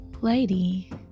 lady